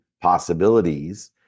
possibilities